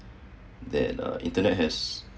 that uh internet has